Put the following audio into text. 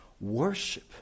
worship